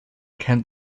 kent